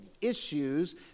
issues